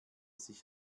sich